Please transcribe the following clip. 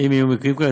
אם יהיו מקרים כאלה,